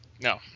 No